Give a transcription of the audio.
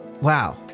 wow